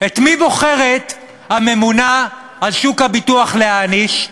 את מי בוחרת הממונה על שוק הביטוח להעניש?